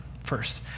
first